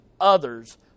others